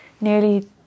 nearly